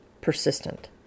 persistent